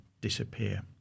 disappear